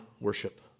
worship